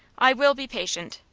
i will be patient.